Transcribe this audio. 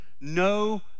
No